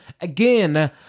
again